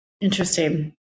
Interesting